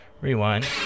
Rewind